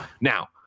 Now